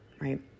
right